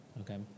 okay